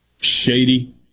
Shady